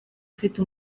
ufite